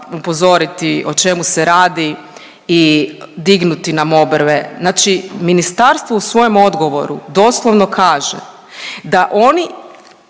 upozoriti o čemu se radi i dignuti nam obrve. Znači ministarstvo u svojem odgovoru doslovno kaže da oni